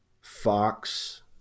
Fox